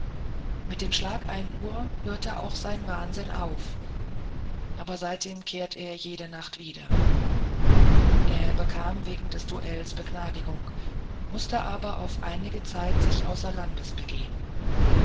mit dem schlag ein uhr hörte auch sein wahnsinn auf aber seitdem kehrte er jede nacht wieder er bekam wegen des duells begnadigung mußte aber auf einige zeit sich außer landes begeben